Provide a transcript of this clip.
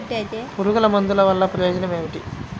పురుగుల మందుల వల్ల ప్రయోజనం ఏమిటీ?